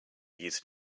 used